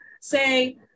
Say